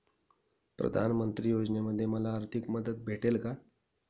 प्रधानमंत्री योजनेमध्ये मला आर्थिक मदत भेटेल का?